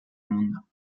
mundo